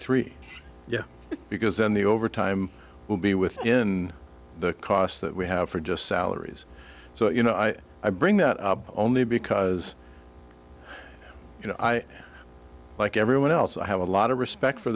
three yes because then the overtime will be within the cost that we have for just salaries so you know i i bring that only because you know i like everyone else i have a lot of respect for